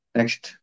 Next